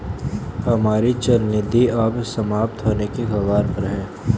हमारी चल निधि अब समाप्त होने के कगार पर है